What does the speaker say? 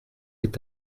est